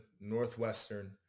Northwestern